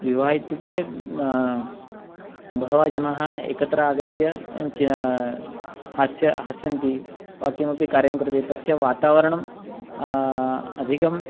विवाहः इत्युक्ते बहवः जनाः एकत्र आगत्य च हास्यं हसन्ति वा किमपि कार्यं कृते तस्य वातावरणम् अधिकं